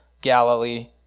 Galilee